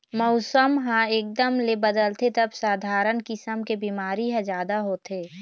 मउसम ह एकदम ले बदलथे तब सधारन किसम के बिमारी ह जादा होथे